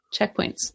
Checkpoints